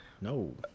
no